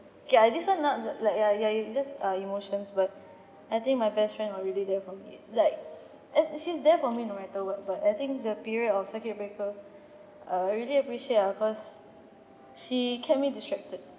okay ah this one not the like ya ya you just uh emotions but I think my best friend already there for me eh like eh she's there for me no matter what but I think the period of circuit breaker uh really appreciate ah cause she kept me distracted